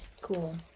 cool